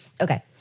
okay